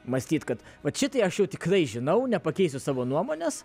mąstyt kad vat šitai aš jau tikrai žinau nepakeisiu savo nuomonės